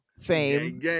fame